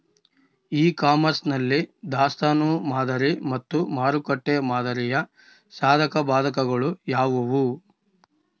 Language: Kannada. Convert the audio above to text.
ಇ ಕಾಮರ್ಸ್ ನಲ್ಲಿ ದಾಸ್ತನು ಮಾದರಿ ಮತ್ತು ಮಾರುಕಟ್ಟೆ ಮಾದರಿಯ ಸಾಧಕಬಾಧಕಗಳು ಯಾವುವು?